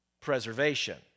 Preservation